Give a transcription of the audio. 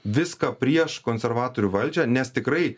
viską prieš konservatorių valdžią nes tikrai